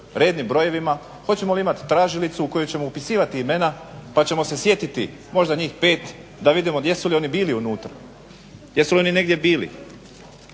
rednim brojevima, hoćemo li imati tražilicu u koju ćemo upisivati imena pa ćemo se sjetiti možda njih 5 da vidimo jesu li oni bili unutra, jesu li oni negdje bili.